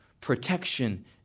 protection